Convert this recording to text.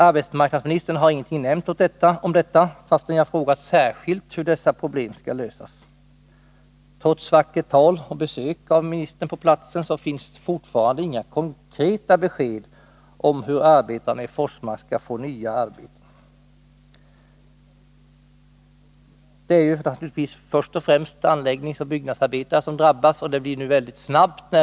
Arbetsmarknadsministern har ingenting nämnt om detta, fastän jag frågat särskilt hur dessa problem skall lösas. Trots vackert tal och besök av ministern på platsen finns det fortfarande inga konkreta besked om hur arbetarna i Forsmark skall få nya arbeten. Det är naturligtvis först och främst byggnadsoch anläggningsarbetare som drabbas, och det sker nu väldigt snabbt.